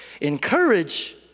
Encourage